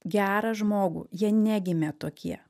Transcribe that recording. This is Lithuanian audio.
gerą žmogų jie negimė tokie